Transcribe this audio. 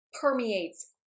permeates